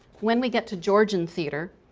when we get to georgian theatre,